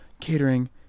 catering